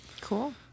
cool